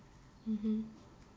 mmhmm